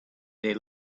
they